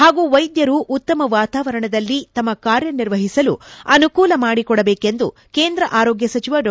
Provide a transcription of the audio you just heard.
ಹಾಗೂ ವೈದ್ದರು ಉತ್ತಮ ವಾತಾವರಣದಲ್ಲಿ ತಮ್ಮ ಕಾರ್ಯ ನಿರ್ವಹಿಸಲು ಅನುಕೂಲ ಮಾಡಿಕೊಡಬೇಕೆಂದು ಕೇಂದ್ರ ಆರೋಗ್ಗ ಸಚಿವ ಡಾ